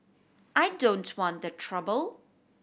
I don't want the trouble